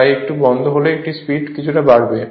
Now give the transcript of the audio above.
তাই একটু বন্ধ হলেই এর স্পিড কিছুটা বাড়বে